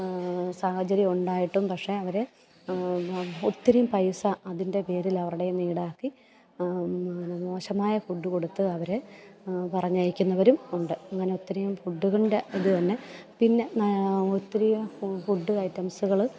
സാഹചര്യം ഉണ്ടായിട്ടും പക്ഷേ അവരെ ഒത്തിരിയും പൈസ അതിൻ്റെ പേരിൽ അവരുടേന്ന് ഈടാക്കി അങ്ങനെ മോശമായ ഫുഡ് കൊടുത്ത് അവരെ പറഞ്ഞയക്കുന്നവരും ഉണ്ട് അങ്ങനെ ഒത്തിരിയും ഫുഡിൻ്റെ ഇത് തന്നെ പിന്നെ ഒത്തിരി ഫുഡ് ഐറ്റംസുകള്